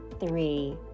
three